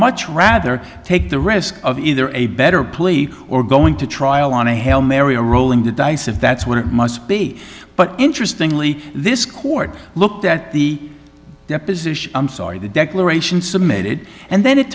much rather take the risk of either a better plea or going to trial on a hail mary or rolling the dice if that's what it must be but interestingly this court looked at the deposition i'm sorry the declaration submitted and then it